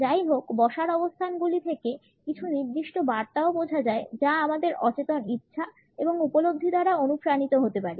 যাইহোক বসার অবস্থানগুলি থেকে কিছু নির্দিষ্ট বার্তাও বোঝা যায় যা আমাদের অচেতন ইচ্ছা এবং উপলব্ধি দ্বারা অনুপ্রাণিত হতে পারে